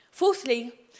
Fourthly